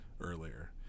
earlier